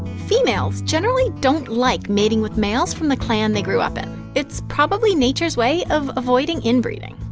females generally don't like mating with males from the clan they grew up in it's probably nature's way of avoiding inbreeding.